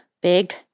big